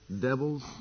devils